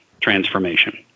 transformation